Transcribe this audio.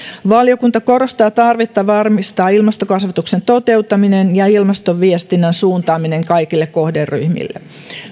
valiokunta korostaa tarvetta varmistaa ilmastokasvatuksen toteuttaminen ja ja ilmaston viestinnän suuntaaminen kaikille kohderyhmille